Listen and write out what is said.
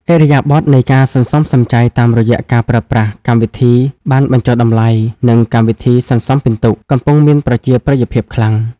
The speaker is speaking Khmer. ឥរិយាបថនៃការសន្សំសំចៃតាមរយៈការប្រើប្រាស់ "កម្មវិធីប័ណ្ណបញ្ចុះតម្លៃ" និង "កម្មវិធីសន្សំពិន្ទុ" កំពុងមានប្រជាប្រិយភាពខ្លាំង។